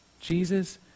Jesus